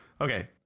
okay